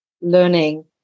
learning